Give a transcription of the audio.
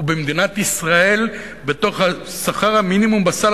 ובמדינת ישראל בתוך שכר המינימום בסל